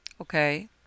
Okay